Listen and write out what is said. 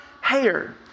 hair